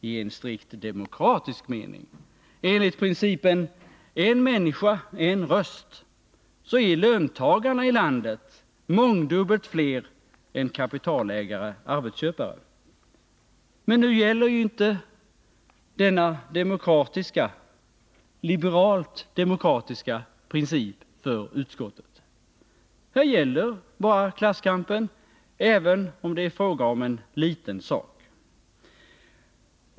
I strikt demokratisk mening, enligt principen en människa, en röst är löntagarna i landet mångdubbelt fler än kapitalägarna-arbetsköparna. Men nu gäller ju inte denna demokratiska, liberalt demokratiska, princip för utskottet. Här gäller bara klasskampen, även om det är fråga om en liten sak.